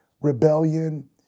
rebellion